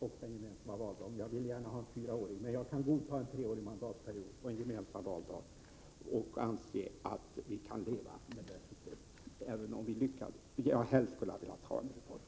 Jag vill visserligen gärna ha en fyraårig mandatperiod, men jag kan godta en treårig period tillsammans med en gemensam valdag. Detta kan vi leva med, även om jag helst skulle ha velat ha en reform därvidlag.